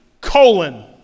colon